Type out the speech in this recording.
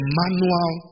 manual